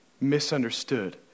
misunderstood